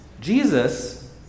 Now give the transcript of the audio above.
Jesus